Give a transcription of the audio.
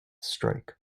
strike